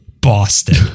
Boston